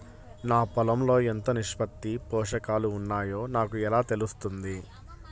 నా పొలం లో ఎంత నిష్పత్తిలో పోషకాలు వున్నాయో నాకు ఎలా తెలుస్తుంది?